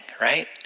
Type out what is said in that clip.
right